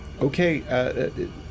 Okay